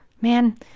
Man